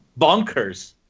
bonkers